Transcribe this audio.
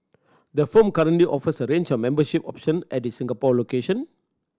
the firm currently offers a range of membership option at its Singapore location